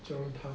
jurong town